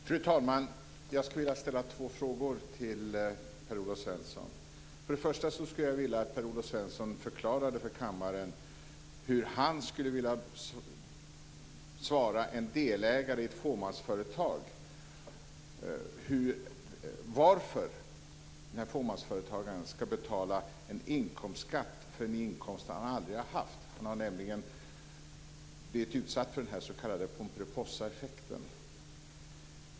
Fru talman! Jag skulle vilja ställa två frågor till Per-Olof Svensson. För det första skulle jag vilja att Per-Olof Svensson förklarade för kammaren hur han skulle vilja svara en delägare i ett fåmansföretag på varför den här fåmansföretagaren ska betala en inkomstskatt för en inkomst han aldrig har haft. Han har nämligen blivit utsatt för den s.k. Pomperipossaeffekten.